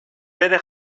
bere